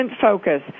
focus